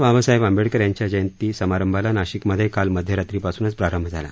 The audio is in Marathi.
बाबासाहेब आंबेडकर यांच्या जयंती समारंभाला नाशिक मध्ये काल मध्यरात्रीपासूनच प्रारंभ झाला